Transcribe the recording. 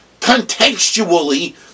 Contextually